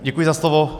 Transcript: Děkuji za slovo.